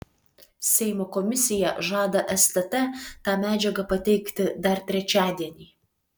seimo komisija žada stt tą medžiagą pateikti dar trečiadienį